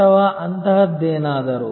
ಅಥವಾ ಅಂತಹದ್ದೇನಾದರೂ